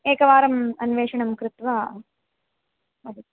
एकवारम् अन्वेषणं कृत्वा वदतु